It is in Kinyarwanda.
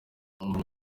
umuntu